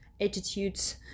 attitudes